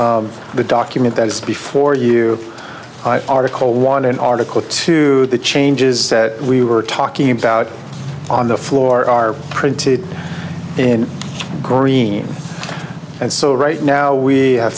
the document that is before you article one and article two the changes that we were talking about on the floor are printed in green and so right now we have